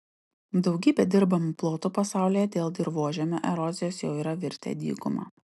daugybė dirbamų plotų pasaulyje dėl dirvožemio erozijos jau yra virtę dykuma